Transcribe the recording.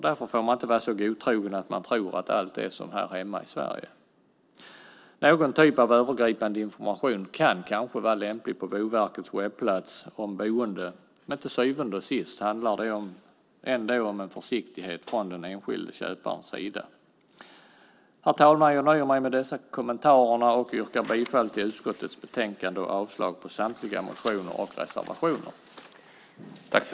Därför får man inte vara så godtrogen att man tror att allt är som här hemma i Sverige. Någon typ av övergripande information kan kanske vara lämpligt på Boverkets webbplats OmBoende, men till syvende och sist handlar det ändå om en försiktighet från den enskilde köparens sida. Herr talman! Jag nöjer mig med dessa kommentarer. Jag yrkar bifall till förslaget i utskottets betänkande och avslag på samtliga motioner och reservationer.